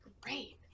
Great